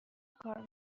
کار